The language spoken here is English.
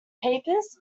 papers